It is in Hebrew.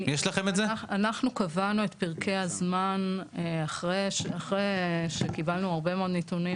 אנחנו קבענו את פרקי הזמן אחרי שקיבלנו הרבה מאוד נתונים,